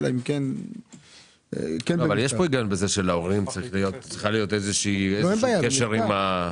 אבל יש היגיון כך שלהורים צריך להיות איזשהו קשר לגבי הפיקדונות.